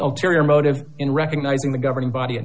ill terrier motive in recognizing the governing body a